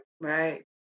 right